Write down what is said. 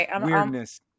weirdness